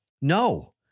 No